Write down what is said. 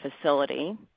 facility